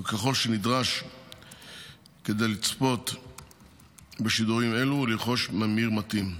וכל שנדרש כדי לצפות בשידורים אלו הוא לרכוש ממיר מתאים.